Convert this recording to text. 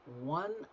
one